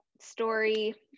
story